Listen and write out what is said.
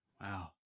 Wow